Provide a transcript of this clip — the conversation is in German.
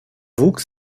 wuchs